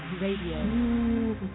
Radio